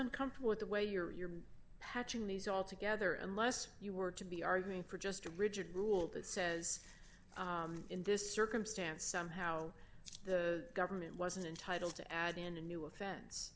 uncomfortable with the way you're patching these all together unless you were to be arguing for just a rigid rule that says in this circumstance somehow the government wasn't entitled to add in a new offense